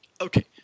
Okay